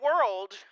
world